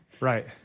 Right